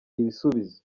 ibisubizo